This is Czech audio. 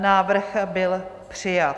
Návrh byl přijat.